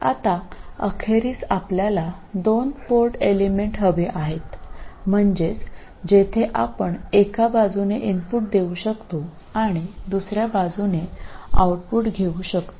आता अखेरीस आपल्याला दोन पोर्ट एलिमेंट्स हवे आहेत म्हणजेच जेथे आपण एका बाजूने इनपुट देऊ शकतो आणि दुसर्या बाजूने आऊटपुट घेऊ शकतो